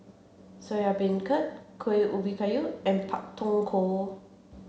Soya Beancurd Kueh Ubi Kayu and Pak Thong Ko